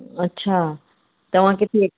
अच्छा तव्हां खे थिए